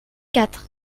quatre